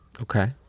Okay